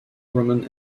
roman